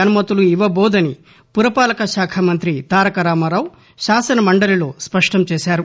అనుమతులు ఇవ్వబోదని పురపాలక శాఖమంతి తారక రామారావు శాసనమండలిలో స్పష్టం చేశారు